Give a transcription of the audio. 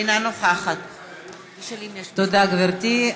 אינה נוכחת תודה, גברתי.